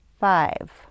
five